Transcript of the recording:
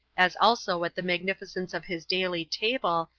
as also at the magnificence of his daily table,